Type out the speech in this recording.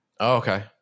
Okay